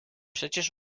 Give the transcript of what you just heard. przecież